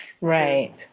Right